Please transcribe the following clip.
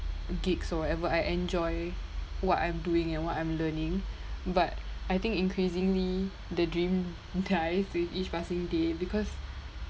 gigs or whatever I enjoy what I'm doing and what I'm learning but I think increasingly the dream dies with each passing day because